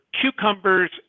cucumbers